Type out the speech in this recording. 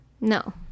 no